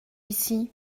ici